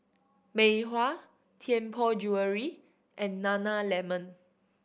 Mei Hua Tianpo Jewellery and Nana Lemon